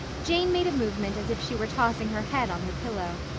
jane made a movement as if she were tossing her head on her pillow.